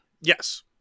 Yes